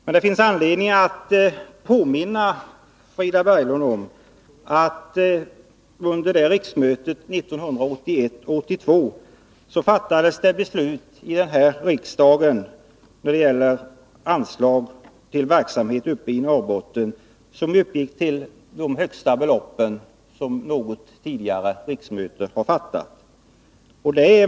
Men det finns anledning att påminna Frida Berglund om att riksmötet 1981/82 anslog högre belopp till skilda verksamheter uppe i Norrbotten än vad tidigare riksmöten någonsin anslagit.